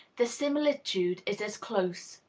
the similitude is as close.